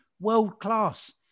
world-class